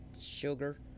Sugar